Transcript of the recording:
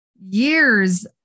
years